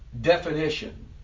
definition